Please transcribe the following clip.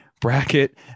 bracket